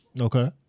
Okay